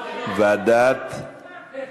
ועדת הפנים.